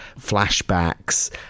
flashbacks